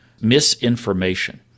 misinformation